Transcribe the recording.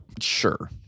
sure